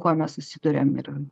kuo mes susiduriam ir